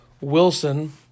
Wilson